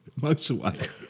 motorway